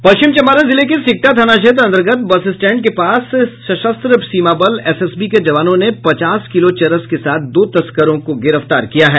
पश्चिम चंपारण जिले के सिकटा थाना क्षेत्र अंतर्गत बस स्टैंड के पास से सशस्त्र सीमा बल एसएसबी के जवानों ने पचास किलो चरस के साथ दो तस्करों को गिरफ्तार किया है